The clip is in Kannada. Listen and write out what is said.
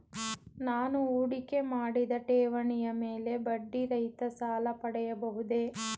ನಾನು ಹೂಡಿಕೆ ಮಾಡಿದ ಠೇವಣಿಯ ಮೇಲೆ ಬಡ್ಡಿ ರಹಿತ ಸಾಲ ಪಡೆಯಬಹುದೇ?